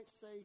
say